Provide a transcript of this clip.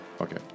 Okay